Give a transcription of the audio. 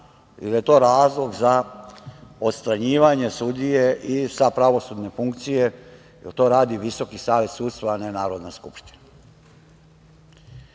da je to razlog za odstranjivanje sudije sa pravosudne funkcije, jer to radi Visoki savet sudstva, a ne Narodna skupština. Drugi